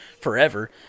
forever